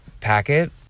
packet